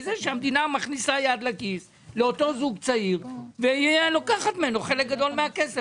מזה המדינה מכניס יד לכיס של אותו זוג צעיר ולוקחת ממנו חלק גדול מהכסף.